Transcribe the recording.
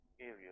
area